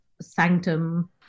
sanctum